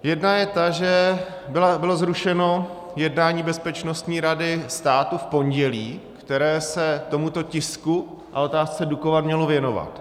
Jedna je ta, že bylo zrušené jednání Bezpečnostní rady státu v pondělí, které se tomuto tisku a otázce Dukovan mělo věnovat.